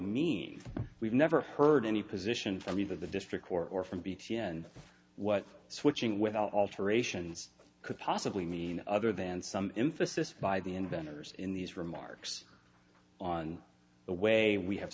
mean we've never heard any position from either the district court or from bt and what switching without alterations could possibly mean other than some emphasis by the inventors in these remarks on the way we have